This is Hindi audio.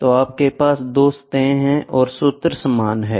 तो आपके पास 2 सतहें हैं और सूत्र समान हैं